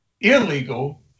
illegal